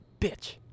bitch